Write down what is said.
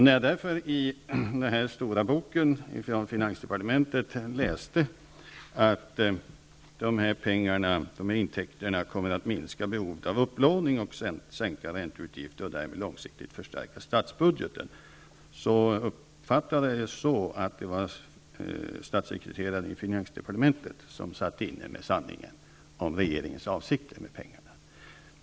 När jag därför i den stora boken från finansdepartementet läste att dessa intäkter kommer att minska behovet av upplåning och sänka ränteutgifterna och därmed långsiktigt förstärka statsbudgeten, uppfattade jag det så att det var statssekreteraren i finansdepartementet som satt inne med sanningen om regeringens avsikter med pengarna.